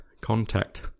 Contact